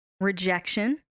rejection